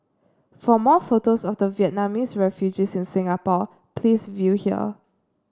for more photos of the Vietnamese refugees in Singapore please view here